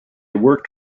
worked